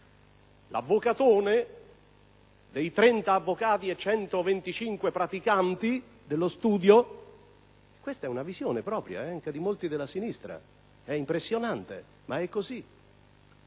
dell'avvocatone con 30 avvocati e 125 praticanti nello studio? Questa è una visione propria anche di molti della sinistra: è impressionante, ma è così.